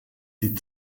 die